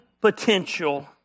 potential